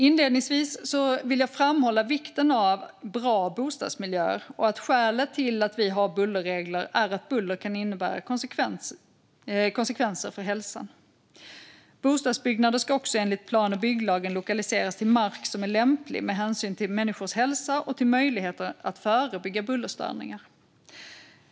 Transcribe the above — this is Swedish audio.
Inledningsvis vill jag framhålla vikten av bra bostadsmiljöer och att skälet till att vi har bullerregler är att buller kan innebära konsekvenser för hälsan. Bostadsbyggnader ska också enligt plan och bygglagen lokaliseras till mark som är lämplig med hänsyn till människors hälsa och till möjligheterna att förebygga bullerstörningar.